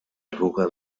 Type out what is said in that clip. arruga